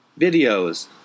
Videos